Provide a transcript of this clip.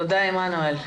תודה, עמנואל.